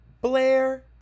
Blair